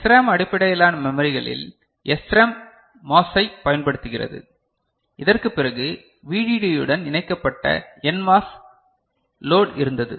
SRAM அடிப்படையிலான மெமரிகளில் SRAM MOS ஐப் பயன்படுத்தியது இதற்குப் பிறகு VDDயுடன் இணைக்கப்பட்ட NMOS லோட் இருந்தது